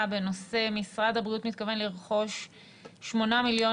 בנושא "משרד הבריאות מתכוון לרכוש 8 מיליון